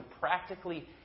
practically